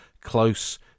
close